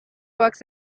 works